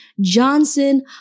Johnson